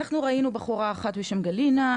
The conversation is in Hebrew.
אנחנו ראינו בחורה אחת בשם גלינה,